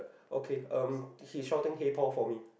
okay um he shouting hey Paul for me